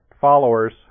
followers